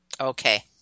Okay